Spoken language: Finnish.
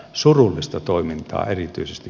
surullista toimintaa erityisesti